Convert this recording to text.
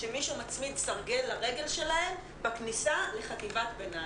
שמישהו מצמיד סרגל לרגל שלהן בכניסה לחטיבת ביניים.